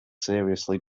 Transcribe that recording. seriously